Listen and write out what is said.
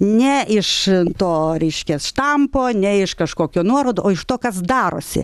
ne iš to reiškias štampo ne iš kažkokio nuorodų o iš to kas darosi